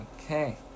Okay